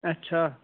अच्छा